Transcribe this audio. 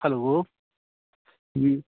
hello जी